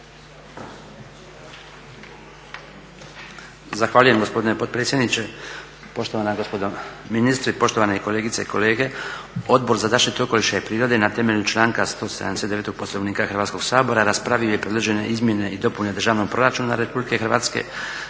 Zahvaljujem gospodine potpredsjedniče. Poštovana gospodo ministri, poštovane kolegice i kolege. Odbor za zaštitu i prirode na temelju članka 179. Poslovnika Hrvatskoga sabora raspravio je predložene Izmjene i dopune Državnog proračuna RH za